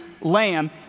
lamb